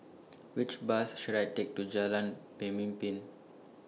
Which Bus should I Take to Jalan Pemimpin